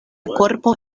korpo